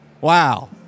wow